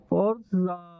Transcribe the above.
Forza